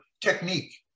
technique